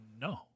No